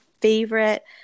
favorite